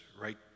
right